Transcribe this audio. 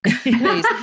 please